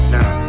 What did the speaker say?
Now